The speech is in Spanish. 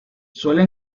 suele